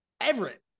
Everett